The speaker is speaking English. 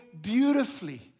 beautifully